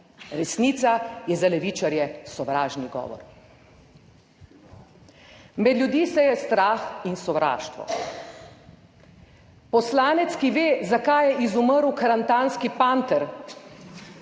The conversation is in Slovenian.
resnica je za levičarje sovražni govor. Med ljudi seje strah in sovraštvo. Poslanec, ki ve, zakaj je izumrl karantanski panter,